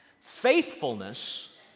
faithfulness